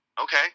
okay